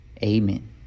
Amen